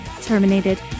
Terminated